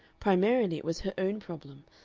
primarily it was her own problem,